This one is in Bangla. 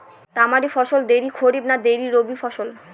তামারি ফসল দেরী খরিফ না দেরী রবি ফসল?